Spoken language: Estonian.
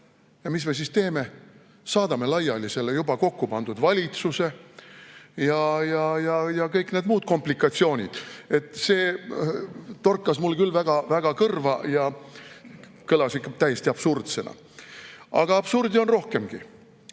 Ja mis me siis teeme? Saadame laiali selle juba kokku pandud valitsuse, ja kõik need muud komplikatsioonid. See torkas mulle küll väga-väga kõrva ja kõlas ikka täiesti absurdsena. Aga absurdi on rohkemgi.